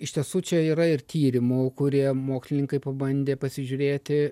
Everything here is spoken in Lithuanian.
iš tiesų čia yra ir tyrimų kurie mokslininkai pabandė pasižiūrėti